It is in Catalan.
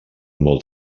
molt